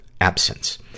absence